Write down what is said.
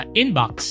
inbox